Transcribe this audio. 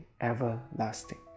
everlasting